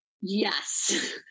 Yes